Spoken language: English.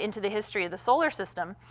into the history of the solar system.